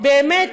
באמת,